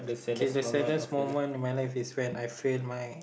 okay the saddest moment in my life is when I fail my